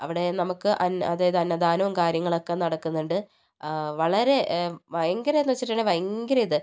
അവിടെ നമുക്ക് അന്ന അതായത് അന്നദാനവും കാര്യങ്ങളൊക്കെ നടക്കുന്നുണ്ട് വളരെ ഭയങ്കരം എന്ന് വച്ചിട്ടുണ്ടെങ്കിൽ ഭയങ്കര ഇത്